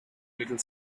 little